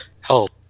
Help